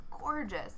gorgeous